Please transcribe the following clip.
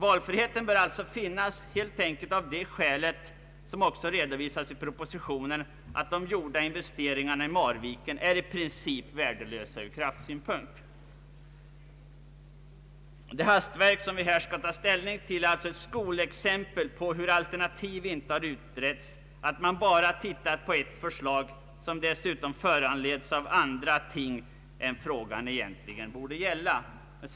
Valfriheten bör finnas, helt enkelt av det skälet, att de gjorda investeringarna i Marviken i princip är värdelösa ur kraftsynpunkt. Det hastverk vi här har att ta ställning till är ett skolexempel på hur alternativ inte utretts. Man har bara tittat på ett förslag som föranletts av andra ting än frågan egentligen borde gälla.